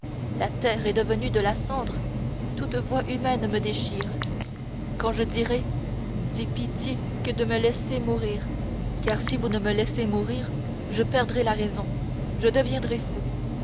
la terre est devenue de la cendre toute voix humaine me déchire quand je dirai c'est pitié que de me laisser mourir car si vous ne me laissez mourir je perdrai la raison je deviendrai fou